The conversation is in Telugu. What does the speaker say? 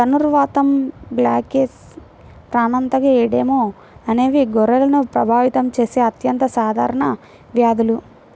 ధనుర్వాతం, బ్లాక్లెగ్, ప్రాణాంతక ఎడెమా అనేవి గొర్రెలను ప్రభావితం చేసే అత్యంత సాధారణ వ్యాధులు